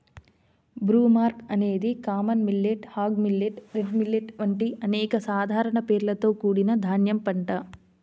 broomcorn అనేది common millet, hog millet, red millet వంటి అనేక సాధారణ పేర్లతో కూడిన ధాన్యం పంట